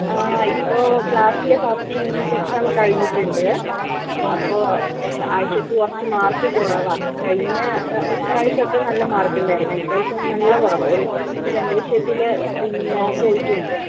ആ ഇപ്പോൾ ക്ലാസിലെ ഫസ്റ്റ് യൂണിറ്റ് എക്സാം കഴിഞ്ഞിട്ടുണ്ട് അപ്പോൾ ആയിഷക്ക് കുറച്ചു മാർക്ക് കുറവാണ് കഴിഞ്ഞ പ്രാവശ്യം ഒക്കെ നല്ല മാർക്കുണ്ടായിരുന്നു ഇപ്രാവശ്യം നല്ല കുറവാണ് ഒരു രണ്ട് വിഷയത്തിൽ പിന്നെ പോയിട്ടുണ്ട്